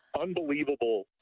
unbelievable